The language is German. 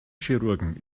chirurgen